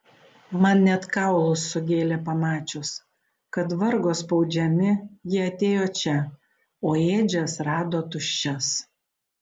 man net kaulus sugėlė pamačius kad vargo spaudžiami jie atėjo čia o ėdžias rado tuščias